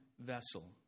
vessel